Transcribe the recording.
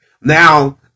Now